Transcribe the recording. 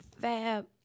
Fab